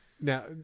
Now